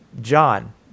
John